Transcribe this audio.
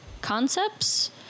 concepts